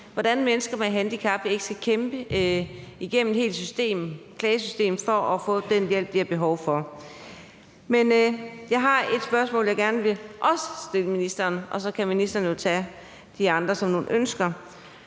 hvordan mennesker med handicap ikke skal kæmpe sig igennem et helt klagesystem for at få den hjælp, de har behov for. Men jeg har et andet spørgsmål, jeg også gerne vil stille statsministeren, og så kan statsministeren jo tage de andre spørgsmål